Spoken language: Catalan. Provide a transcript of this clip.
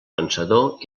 vencedor